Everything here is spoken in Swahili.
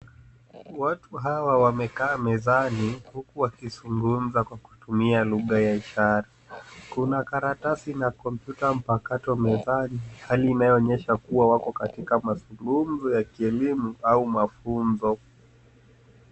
Watu hawa wamekaa mezani huku wakizungumza kwa kutumia lugha ya ishara. Kuna karatasi na kompyuta mpakato mezani hali inayo onyesha kuwa wako katika mazungumzo ya kielimu au mafunzo.